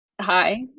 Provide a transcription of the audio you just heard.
Hi